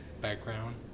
background